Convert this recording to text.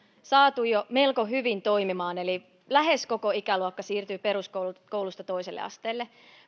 saatu jo melko hyvin toimimaan eli lähes koko ikäluokka siirtyy peruskoulusta toiselle asteelle